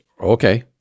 okay